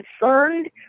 concerned